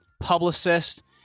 publicist